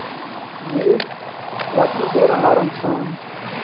مےٚ ییٚلہِ واتنووُس ڈریورَن آرام سان